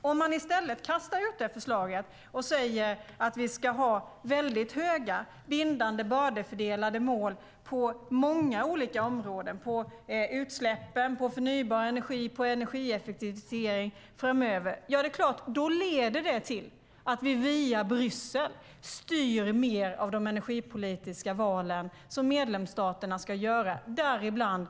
Om man i stället kastar ut det förslaget och säger att vi framöver ska ha väldigt höga, bindande och bördefördelade mål på många olika områden, som utsläpp, förnybar energi och energieffektivisering, då är det klart att det leder till att vi via Bryssel styr mer av de energipolitiska val som medlemsstaterna ska göra, däribland